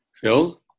Phil